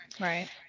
right